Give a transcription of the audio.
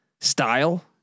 style